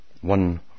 one